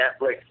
Netflix